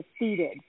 defeated